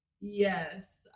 Yes